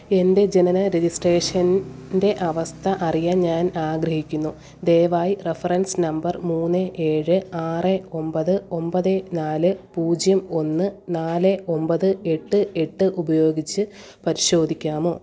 എൻ്റെ ജനന രജിസ്ട്രേഷൻ്റെ അവസ്ഥ അറിയാൻ ഞാൻ ആഗ്രഹിക്കുന്നു ദയവായി റഫറൻസ് നമ്പർ മൂന്ന് ഏഴ് ആറ് ഒമ്പത് ഒമ്പത് നാല് പൂജ്യം ഒന്ന് നാല ഒമ്പത് എട്ട് എട്ട് ഉപയോഗിച്ച് പരിശോധിക്കാമോ